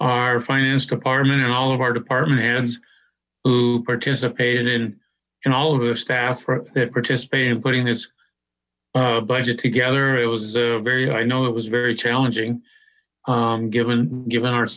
our finance department and all of our department heads who participated in all of the staff that participated in putting this budget together it was a very i know it was very challenging given given our